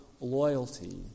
loyalty